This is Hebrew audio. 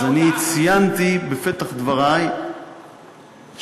אז אני ציינתי בפתח דברי שההפגנה,